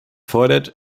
fordert